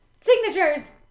signatures